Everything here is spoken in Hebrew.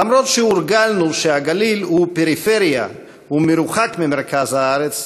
אף שהורגלנו שהגליל הוא פריפריה ומרוחק ממרכז הארץ,